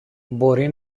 μπορεί